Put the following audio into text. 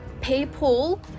people